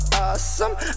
awesome